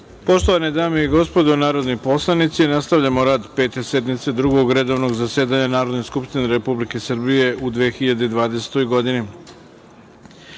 Poštovane dame i gospodo narodni poslanici, nastavljamo rad Pete sednice Drugog redovnog zasedanja Narodne skupštine Republike Srbije u 2020. godini. Na